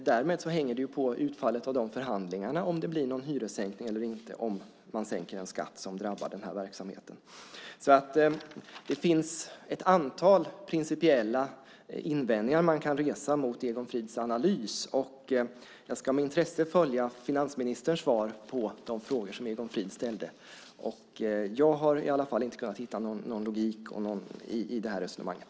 Därmed hänger det på utfallet av förhandlingarna om det blir en hyressänkning eller inte om man sänker en skatt som drabbar verksamheten. Det finns ett antal principiella invändningar man kan resa mot Egon Frids analys. Jag ska med intresse följa finansministerns svar på de frågor som Egon Frid ställde. Jag har i varje fall inte kunnat hitta någon logik i resonemanget.